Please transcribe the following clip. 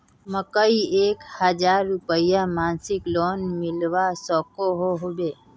मकईर एक हजार रूपयार मासिक लोन मिलवा सकोहो होबे?